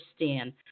Understand